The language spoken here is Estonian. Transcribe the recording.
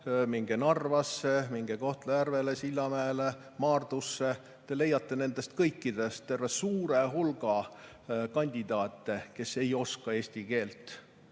minge Narvasse, minge Kohtla-Järvele, Sillamäele, Maardusse – te leiate nendest kõikidest terve suure hulga kandidaate, kes ei oska eesti keelt,